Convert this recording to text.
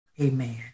amen